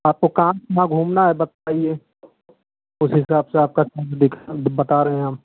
आपको कहाँ कहाँ घूमना है बताइए उस हिसाब से आपका फीस दिखा बता रहे है हम